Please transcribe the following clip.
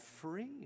free